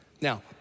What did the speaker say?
Now